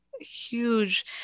huge